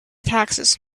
taxes